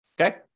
okay